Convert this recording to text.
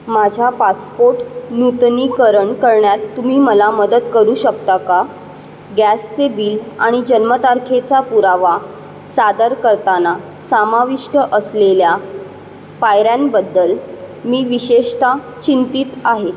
माझ्या पासपोट नूतनीकरण करण्यात तुम्ही मला मदत करू शकता का गॅसचे बिल आणि जन्मतारखेचा पुरावा सादर करताना सामाविष्ट असलेल्या पायऱ्यांबद्दल मी विशेषतः चिंतीत आहे